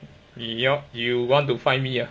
你要 you want to find me ah